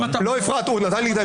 אפרת, הוא נתן לדבר